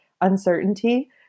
uncertainty